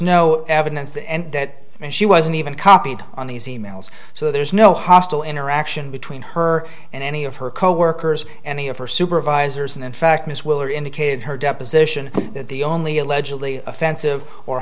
no evidence and that she wasn't even copied on these e mails so there's no hostile interaction between her and any of her coworkers any of her supervisors and in fact ms willer indicated her deposition the only allegedly offensive or